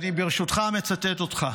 ברשותך, אני מצטט אותך: